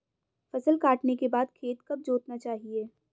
फसल काटने के बाद खेत कब जोतना चाहिये?